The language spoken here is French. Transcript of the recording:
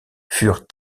furent